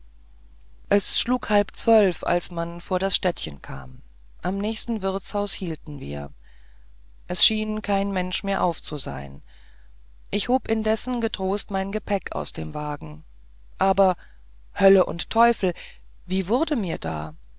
es schlug halb zwölfe als man vor das städtchen kam am nächsten wirtshaus hielten wir es schien kein mensch mehr aufzusein ich hob indes getrost mein gepäck aus dem wagen aber hölle und teufel wie wurde mir da